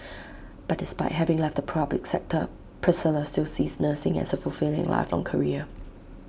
but despite having left the public sector Priscilla still sees nursing as A fulfilling and lifelong career